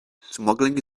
smuggling